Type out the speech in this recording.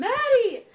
Maddie